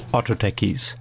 Autotechies